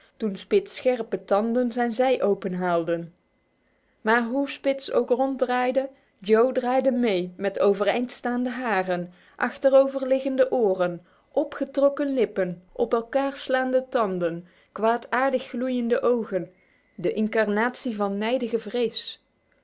toen spitz scherpe tanden zijn zij openhaalden maar hoe spitz ook ronddraaide joe draaide mee met overeind staande haren achteroverliggende oren opgetrokken lippen op elkaar slaande tanden kwaadaardig gloeiende ogen de incarnatie van nijdige vrees